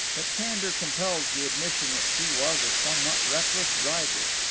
but candour compels the admission that she was a somewhat reckless driver.